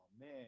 man